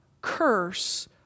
curse